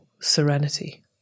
serenity